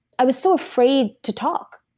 i was so afraid to talk.